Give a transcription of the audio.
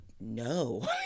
No